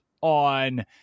on